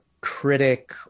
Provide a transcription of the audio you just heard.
critic